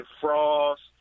Frost